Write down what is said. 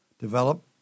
Develop